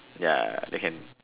ya then can